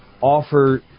offer